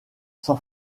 san